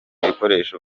ibikoresho